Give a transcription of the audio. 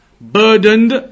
burdened